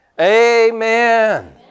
Amen